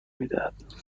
میدهد